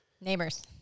neighbors